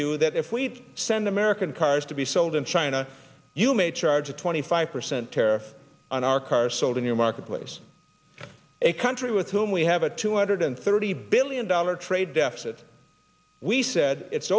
you that if we send american cars to be sold in china you may charge a twenty five percent tariff on our cars sold in your marketplace a country with whom we have a two hundred thirty billion dollar trade deficit we said it's